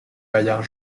bayard